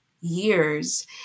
years